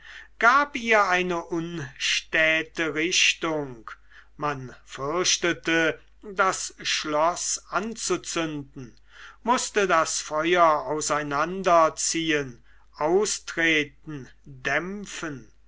gab ihr eine unstäte richtung man fürchtete das schloß anzuzünden mußte das feuer auseinander ziehen austreten dämpfen